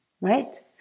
right